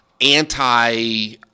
anti